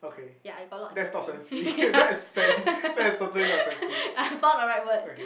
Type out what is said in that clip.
yeah he got a lot of empathy I found a right word